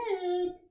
good